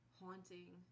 haunting